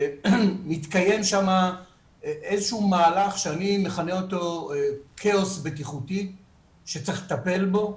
מתקיים שם איזה שהוא מהלך שאני מכנה אותו כאוס בטיחותי שצריך לטפל בו,